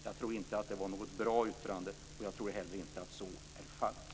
Jag tror inte att det var något bra yttrande, och jag tror heller inte att så är fallet.